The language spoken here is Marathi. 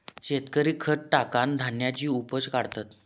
शेतकरी खत टाकान धान्याची उपज काढतत